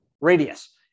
radius